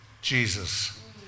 Jesus